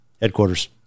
headquarters